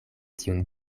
tiun